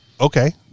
Okay